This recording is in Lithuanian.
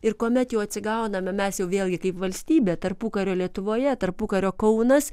ir kuomet jau atsigauname mes jau vėlgi kaip valstybė tarpukario lietuvoje tarpukario kaunas